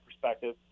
perspective